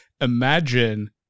imagine